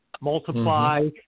multiply